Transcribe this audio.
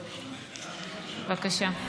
בבקשה.